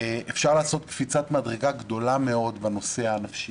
לעשות קפיצת מדרגה גדולה מאוד בנושא הנפשי.